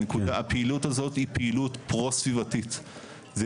הפעילות הזאת היא פעילות פרו-סביבתית זה